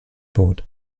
board